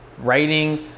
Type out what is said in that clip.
writing